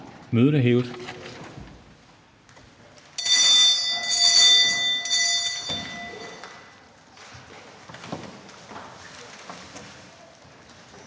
Mødet er hævet.